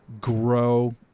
grow